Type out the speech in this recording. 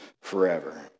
forever